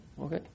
Okay